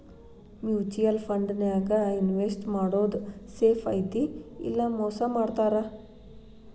mutual ಫಂಡನ್ಯಾಗ invest ಮಾಡೋದ್ safe ಐತಿ ಇಲ್ಲಾ ಮೋಸ ಮಾಡ್ತಾರಾ